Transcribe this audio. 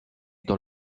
dans